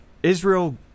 Israel